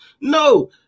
No